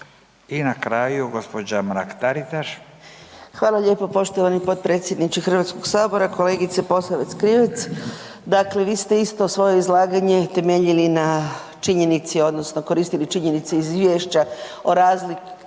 **Mrak-Taritaš, Anka (GLAS)** Hvala lijepo poštovani potpredsjedniče HS. Kolegice Posavec Krivec, dakle vi ste isto svoje izlaganje temeljili na činjenici odnosno koristili činjenice iz izvješća o razlici